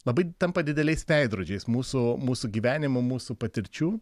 labai tampa dideliais veidrodžiais mūsų mūsų gyvenimo mūsų patirčių